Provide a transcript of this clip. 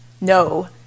no